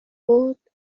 بود